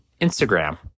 Instagram